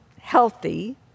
healthy